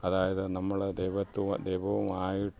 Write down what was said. അതായത് നമ്മൾ ദൈവത്തോ ദൈവോമായിട്ട്